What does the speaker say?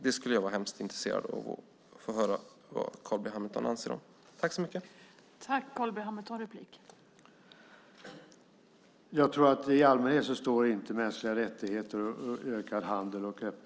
Det skulle vara intressant att höra vad Carl B Hamilton anser om det.